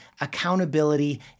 accountability